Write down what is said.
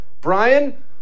Brian